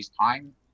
time